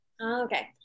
Okay